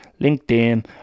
linkedin